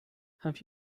have